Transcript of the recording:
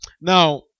Now